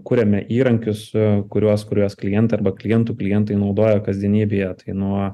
kuriame įrankius kuriuos kuriuos klientai arba klientų klientai naudoja kasdienybėje tai nuo